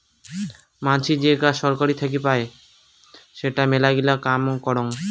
মানাসী যে কাজা সরকার থাকি পাই সেটা মেলাগিলা কাম করং